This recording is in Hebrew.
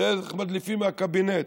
תראה איך מדליפים מהקבינט.